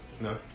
No